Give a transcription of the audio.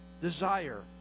desire